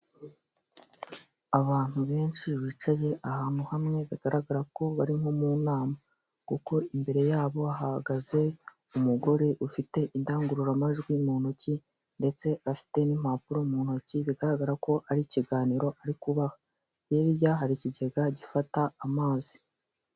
Abantu benshi bicaye ahantu hamwe bigaragara ko bari nko mu nama kuko imbere yabo hagaze umugore ufite indangururamajwi mu ntoki ndetse afite n'impapuro mu ntoki bigaragara ko ari ikiganiro ari kubaha, hirya hari ikigega gifata amazi.